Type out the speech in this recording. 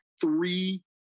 three